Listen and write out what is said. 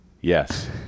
Yes